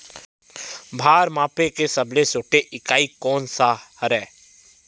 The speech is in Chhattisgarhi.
भार मापे के सबले छोटे इकाई कोन सा हरे?